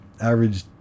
average